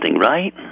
right